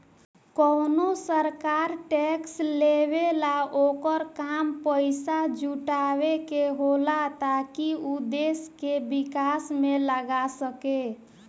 कवनो सरकार टैक्स लेवेला ओकर काम पइसा जुटावे के होला ताकि उ देश के विकास में लगा सके